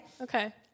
Okay